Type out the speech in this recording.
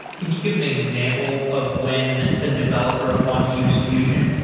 can you give an example of when a developer would want to use fusion?